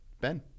Ben